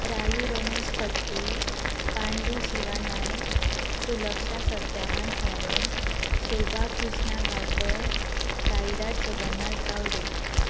Rayu Ramesh Phadte Pandu Shiva Naik Sulaksha Satyavan Sawant Shobha Krishna Gaonkar Sainath Jagannath Gawade